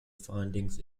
findings